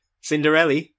Cinderella